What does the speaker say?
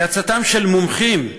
היא עצתם של מומחים,